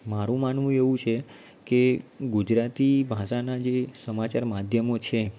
મારું માનવું એવું છે કે ગુજરાતી ભાષાના જે સમાચાર માધ્યમો છે